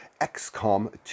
XCOM